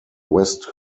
west